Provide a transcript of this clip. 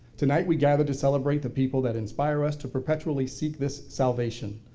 tonight we gather to celebrate the people that inspire us to perpetually seek this salvation.